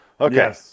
Okay